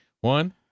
One